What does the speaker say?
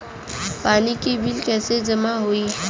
पानी के बिल कैसे जमा होयी?